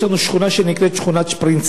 יש לנו שכונה שנקראת שכונת-שפרינצק.